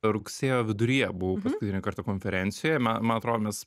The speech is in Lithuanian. rugsėjo viduryje buvau paskutinį kartą konferencijoje ma man atrodo mes